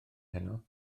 heno